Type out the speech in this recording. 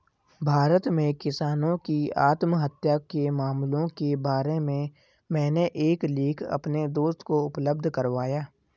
भारत में किसानों की आत्महत्या के मामलों के बारे में मैंने एक लेख अपने दोस्त को उपलब्ध करवाया